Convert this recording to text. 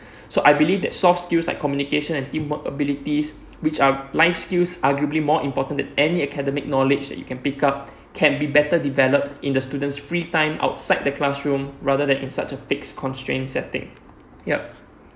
so I believe that soft skills like communication and teamwork abilities which are life skills arguably more important than any academic knowledge that you can pick up can be better developed in the students' free time outside the classroom rather than inside a fixed constraint setting ya